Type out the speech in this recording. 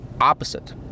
opposite